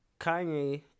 kanye